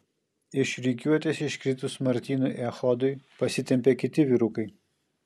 iš rikiuotės iškritus martynui echodui pasitempė kiti vyrukai